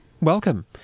Welcome